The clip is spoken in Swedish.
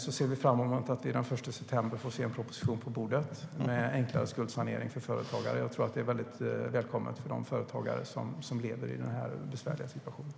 Sedan ser vi fram emot att den 1 september få se en proposition på bordet om en enklare skuldsanering för företagare. Jag tror att det är mycket välkommet för de företagare som lever i denna besvärliga situation.